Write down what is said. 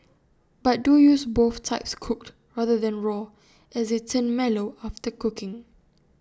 but do use both types cooked rather than raw as they turn mellow after cooking